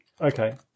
Okay